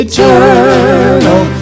Eternal